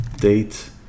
date